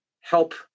help